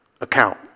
account